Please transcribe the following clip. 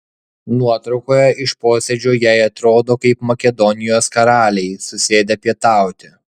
nuotraukoje iš posėdžio jei atrodo kaip makedonijos karaliai susėdę pietauti